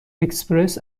اکسپرس